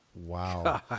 Wow